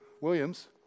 Williams